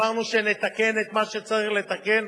אמרנו שנתקן את מה שצריך לתקן,